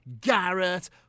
Garrett